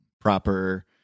proper